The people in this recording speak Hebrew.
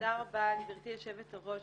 תודה רבה גברתי יושבת הראש.